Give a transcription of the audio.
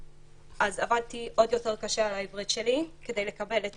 אז עבדתי עוד יותר קשה על העברית שלי כדי לקבל את